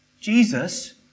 Jesus